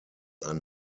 ein